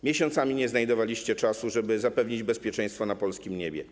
Miesiącami nie znajdowaliście czasu, żeby zapewnić bezpieczeństwo na polskim niebie.